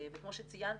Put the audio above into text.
וכמו שציינתי,